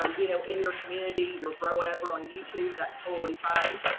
um you know, in your community you're growing over on youtube that's totally fine.